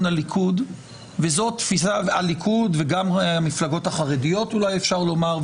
הליכוד וגם המפלגות החרדיות אולי אפשר לומר,